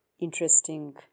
interesting